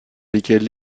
lesquelles